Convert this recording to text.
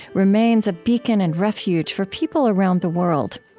remains a beacon and refuge for people around the world.